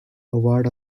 award